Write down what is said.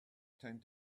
tend